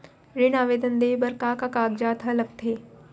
ऋण आवेदन दे बर का का कागजात ह लगथे?